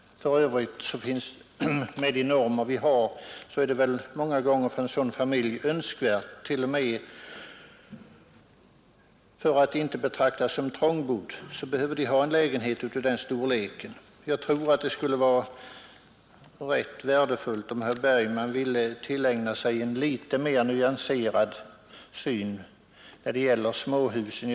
Med de normer vi har är det väl många gånger för en sådan familj önskvärt att få en lägenhet av denna storlek för att inte betraktas som trångbodd. Jag tror att det skulle vara värdefullt, om herr Bergman ville tillägna sig en litet mera nyanserad syn när det gäller småhusen.